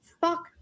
Fuck